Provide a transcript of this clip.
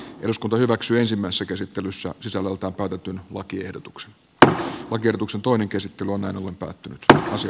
eduskunta hyväksyisimmässä käsittelyssä sisällöltään käytetyn lakiehdotuksen pr oikeutuksen toinen käsittely on anu on päättynyt ja se